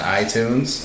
iTunes